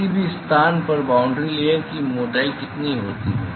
किसी भी स्थान पर बाॅन्ड्री लेयर की मोटाई कितनी होती है